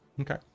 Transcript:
Okay